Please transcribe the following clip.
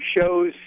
shows